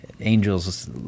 Angels